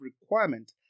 requirement